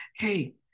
hey